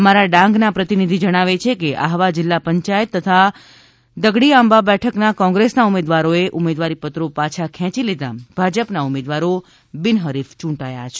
અમારા ડાંગના પ્રતિનિધિ જણાવે છે કે આહવા જિલ્લા પંચાયત તથા દગડીઆંબા બેઠકના કોંગ્રેસના ઉમેદવારોએ ઉમેદવારીપત્રો પાછા ખેંચી લેતા ભાજપના ઉમેદવારો બિનહરીફ યુંટાયા છે